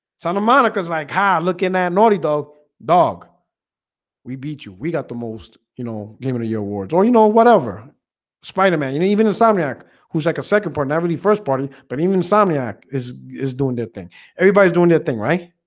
santa monica is like ha looking at naughty dog dog we beat you we got the most, you know and your awards or you know, whatever spider-man, you know even insomniac who's like a second for never the first party but even insomniac is is doing their thing everybody's doing their thing, right?